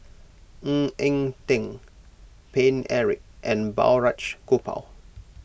Ng Eng Teng Paine Eric and Balraj Gopal